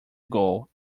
goal